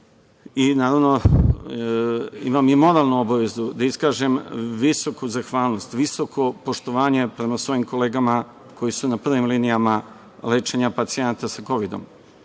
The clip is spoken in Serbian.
stanjuNaravno, imam i moralnu obavezu da iskažem visoku zahvalnost, visoko poštovanje prema svojim kolegama koji su na prvim linijama lečenja pacijenata sa Kovidom.